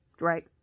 right